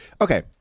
Okay